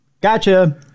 Gotcha